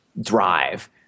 drive